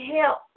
help